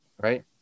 right